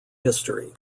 history